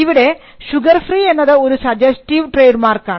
ഇവിടെ ഷുഗർഫ്രീ എന്നത് ഒരു സജസ്റ്റീവ് ട്രേഡ് മാർക്കാണ്